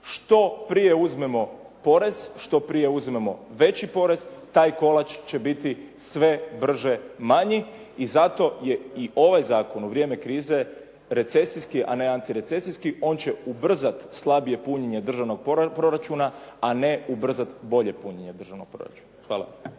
Što prije uzmemo porez, što prije uzmemo veći porez taj kolač će biti sve brže manji i zato je i ovaj zakon u vrijeme krize recesijski, a ne antirecesijski. On će ubrzati slabije punjenje državnog proračuna, a ne ubrzati bolje punjenje državnog proračuna. Hvala.